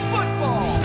Football